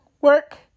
work